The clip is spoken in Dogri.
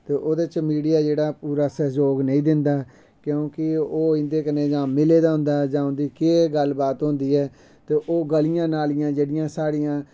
ते ओह्दे च मिडिया जेह्ड़ा पूरा सैह्जोग नेईं दिंदा क्योंकि ओह् इं'दे कन्ने मिले दा होंदा ऐ जां फ्ही केह् गल्ल बात होंदी ऐ ते ओह् गलियां नालियां जेह्ड़ियां साढ़ियां